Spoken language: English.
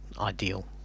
ideal